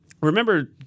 remember